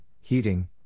heating